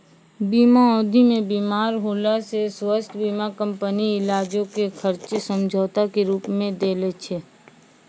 बीमा अवधि मे बीमार होला से स्वास्थ्य बीमा कंपनी इलाजो के खर्चा समझौता के रूपो मे दै छै